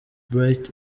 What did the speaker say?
bright